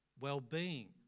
well-being